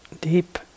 deep